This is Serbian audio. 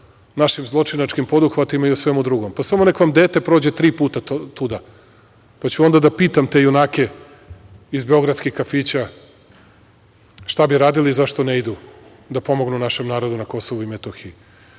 našim zločinačkim poduhvatima i o svemu drugom. Pa, samo neka vam dete prođe tri puta tuda, pa ću onda da pitam te junake iz beogradskih kafića šta bi radili i zašto ne idu da pomognu našem narodu na Kosovu i Metohiju. Što